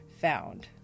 found